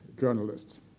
journalists